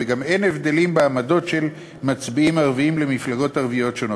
וגם אין הבדלים בעמדות של מצביעים ערבים למפלגות ערביות שונות.